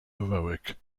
heroic